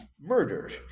murdered